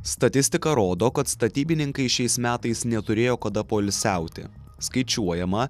statistika rodo kad statybininkai šiais metais neturėjo kada poilsiauti skaičiuojama